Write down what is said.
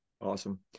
Awesome